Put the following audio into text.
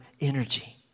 energy